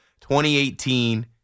2018